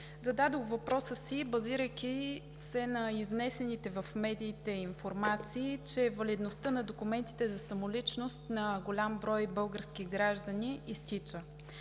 Зададох въпроса си, базирайки се на изнесените в медиите информации, че валидността на документите за самоличност на голям брой български граждани изтича